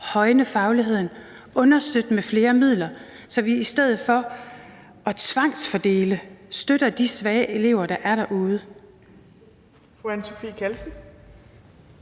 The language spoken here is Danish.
højne fagligheden og understøtte med flere midler, så vi i stedet for at tvangsfordele støtter de svage elever, der er derude.